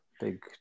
big